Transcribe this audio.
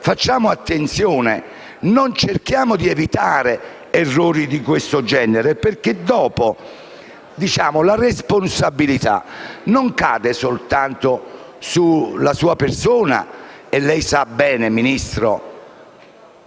di fare attenzione: cerchiamo di evitare errori di questo genere perché poi la responsabilità non ricade soltanto sulla sua persona. Lei sa bene, Ministro,